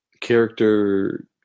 character